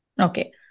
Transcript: Okay